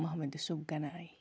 Mohammad Yousuf Ganai